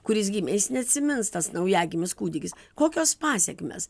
kuris gimė jis neatsimins tas naujagimis kūdikis kokios pasekmės